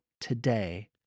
today